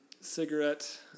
cigarette